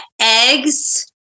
eggs